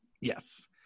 yes